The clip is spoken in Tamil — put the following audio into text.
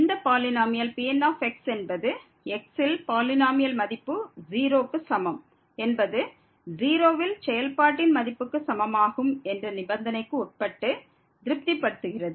இந்த பாலினோமியல் Pn என்பது x ல் பாலினோமியல் மதிப்பு 0 க்கு சமம் என்பது 0 ல் செயல்பாட்டின் மதிப்புக்கு சமமாகும் என்ற நிபந்தனைக்கு உட்பட்டு திருப்தி படுத்துகிறது